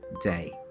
day